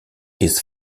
his